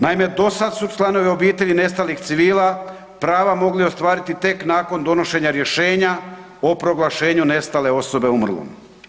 Naime, do sad su članovi obitelji nestalih civila prava mogli ostvariti tek nakon donošenja rješenja o proglašenju nestale osobe umrlom.